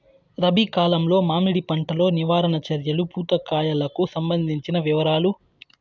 రబి కాలంలో మామిడి పంట లో నివారణ చర్యలు పూత కాయలకు సంబంధించిన వివరాలు?